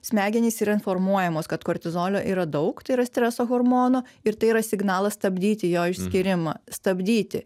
smegenys yra informuojamos kad kortizolio yra daug tai yra streso hormono ir tai yra signalas stabdyti jo išsiskyrimą stabdyti